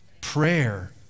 Prayer